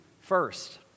first